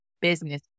Business